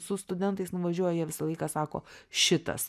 su studentais nuvažiuoju jie visą laiką sako šitas